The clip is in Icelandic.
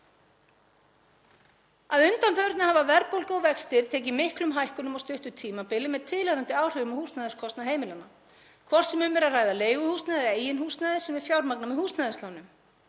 Að undanförnu hafa verðbólga og vextir tekið miklum hækkunum á stuttu tímabili með tilheyrandi áhrifum á húsnæðiskostnað heimilanna, hvort sem um er að ræða leiguhúsnæði eða eigið húsnæði sem við fjármögnum með húsnæðislánum.